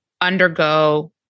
undergo